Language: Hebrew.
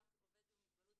גם לעובד עם מוגבלות,